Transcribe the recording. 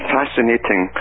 fascinating